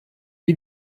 die